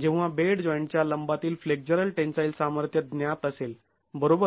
जेव्हा bed joint च्या लंबातील फ्लेक्झरल टेन्साईल सामर्थ्य ज्ञात असेल बरोबर